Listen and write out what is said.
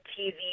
TV